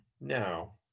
now